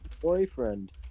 boyfriend